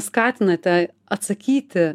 skatinate atsakyti